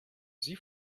sie